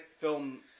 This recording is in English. film